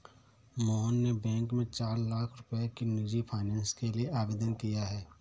मोहन ने बैंक में चार लाख रुपए की निजी फ़ाइनेंस के लिए आवेदन किया है